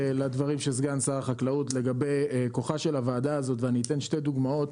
בסגנון שאתם הצעתם בוועדה ויש שיטות להתערבות,